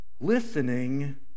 listening